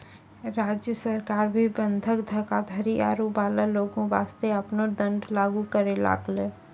राज्य सरकार भी बंधक धोखाधड़ी करै बाला लोगो बासतें आपनो दंड लागू करै लागलै